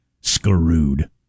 screwed